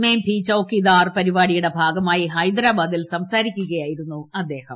മേം ഭി ചൌകീദാർ പരിപാടിയുടെ ഭാഗമായി ഹൈദ്രരാബാദിൽ സംസാരിക്കുകയായിരുന്നു അദ്ദേഹം